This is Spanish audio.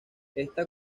esta